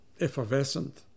effervescent